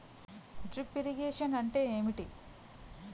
Drip irrigation అంటే ఏమిటి?